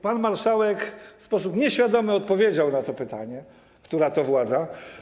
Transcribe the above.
Pan marszałek w sposób nieświadomy odpowiedział na pytanie, która to władza.